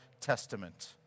Testament